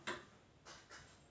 मला सरकारी बाँड बनवायचा आहे